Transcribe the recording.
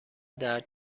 درد